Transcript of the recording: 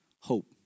hope